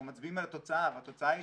אנחנו מצביעים על התוצאה והתוצאה היא